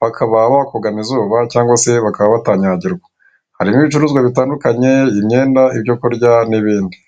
bakaba bakugama Izuba cyangwa se bakaba batanyagirwa. Harimo ibicuruzwa bitandukanye nk'imyenda, ibyo kurya n'ibindi.